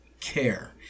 care